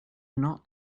not